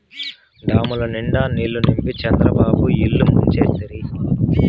డాముల నిండా నీళ్ళు నింపి చంద్రబాబు ఇల్లు ముంచేస్తిరి